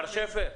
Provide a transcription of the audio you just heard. מר שפר,